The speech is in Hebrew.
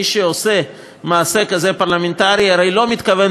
מי שעושה מעשה פרלמנטרי כזה הרי לא מתכוון